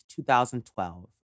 2012